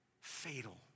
fatal